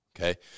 okay